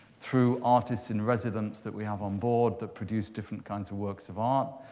through artists in residence that we have on board that produce different kinds of works of art